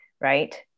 right